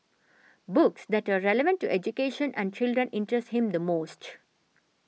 books that are relevant to education and children interest him the most